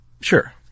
Sure